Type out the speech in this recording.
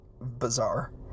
bizarre